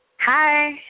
Hi